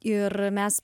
ir mes